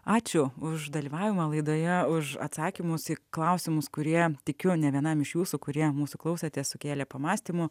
ačiū už dalyvavimą laidoje už atsakymus į klausimus kurie tikiu nė vienam iš jūsų kurie mūsų klausėtės sukėlė pamąstymų